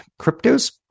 cryptos